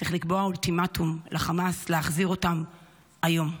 צריך לקבוע אולטימטום לחמאס להחזיר אותם היום.